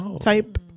type